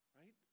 right